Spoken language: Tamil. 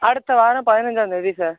அடுத்த வாரம் பதினஞ்சாந்தேதி சார்